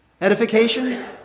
edification